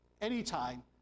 anytime